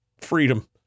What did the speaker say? freedom